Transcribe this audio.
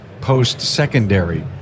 post-secondary